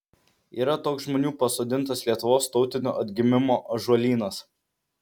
yra toks žmonių pasodintas lietuvos tautinio atgimimo ąžuolynas